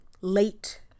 late